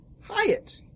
Hyatt